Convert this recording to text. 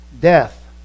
death